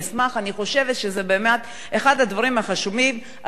אני חושבת שזה באמת אחד הדברים החשובים, הסדרה